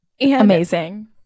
Amazing